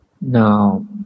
Now